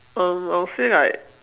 um I'll say like